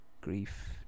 grief